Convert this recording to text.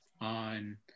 on